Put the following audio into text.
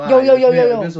有有有有有